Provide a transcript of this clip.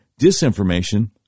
disinformation